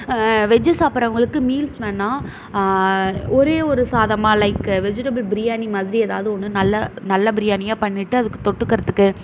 veggie சாப்ட்றவுங்களுக்கு meals வேணாம் ஒரே ஒரு சாதமாக லைக்கு வெஜிடேபிள் பிரியாணி மாதிரி எதாவது ஒன்று நல்ல நல்ல பிரியாணியாக பண்ணிவிட்டு அதுக்கு தொட்டுக்கிறத்துக்கு